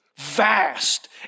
vast